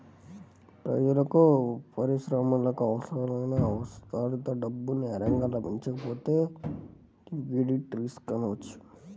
ప్రజలకు, పరిశ్రమలకు అవసరాలకు కావల్సినంత డబ్బు నేరుగా లభించకపోతే లిక్విడిటీ రిస్క్ అనవచ్చు